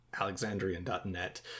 alexandrian.net